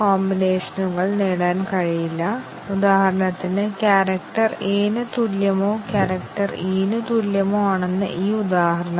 ഇപ്പോൾ ഈ ഉദാഹരണം എടുക്കാം a 50 ൽ കൂടുതൽ അല്ലെങ്കിൽ b 30 ൽ താഴെ